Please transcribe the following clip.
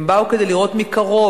הם באו כדי לראות מקרוב,